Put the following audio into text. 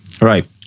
Right